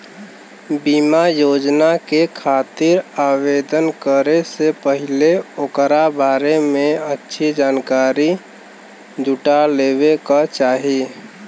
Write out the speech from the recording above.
बीमा योजना के खातिर आवेदन करे से पहिले ओकरा बारें में अच्छी जानकारी जुटा लेवे क चाही